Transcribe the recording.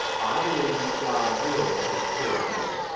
i believe god will take care of me,